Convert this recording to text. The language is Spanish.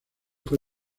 fue